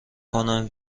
کنم